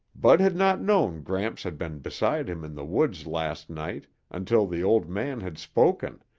bud had not known gramps had been beside him in the woods last night until the old man had spoken,